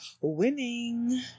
winning